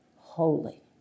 holy